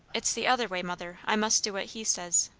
it's the other way, mother. i must do what he says.